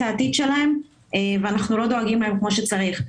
העתיד שלהם ואנחנו לא דואגים להם כפי שצריך.